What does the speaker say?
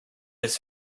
his